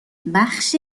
بخش